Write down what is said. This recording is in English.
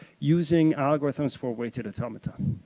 using algorithms for weighted automaton.